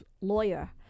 lawyer